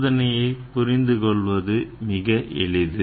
சோதனையை புரிந்துகொள்வது மிக எளிது